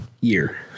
year